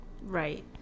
right